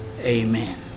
Amen